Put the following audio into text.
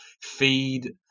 feed